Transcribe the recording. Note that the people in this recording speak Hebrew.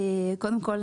קודם כל,